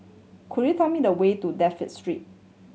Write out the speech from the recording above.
could you tell me the way to Dafne Street